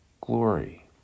glory